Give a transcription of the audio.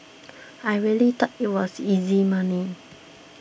I really thought it was easy money